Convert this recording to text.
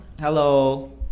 Hello